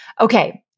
Okay